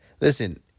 listen